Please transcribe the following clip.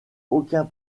aucun